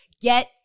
Get